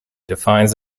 defines